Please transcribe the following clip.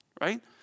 right